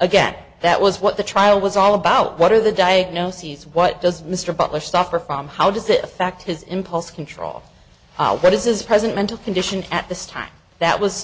again that was what the trial was all about what are the diagnoses what does mr butler suffer from how does it affect his impulse control what is his present mental condition at the time that was